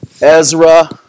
Ezra